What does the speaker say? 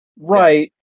Right